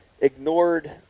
ignored